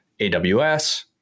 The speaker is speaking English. AWS